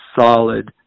solid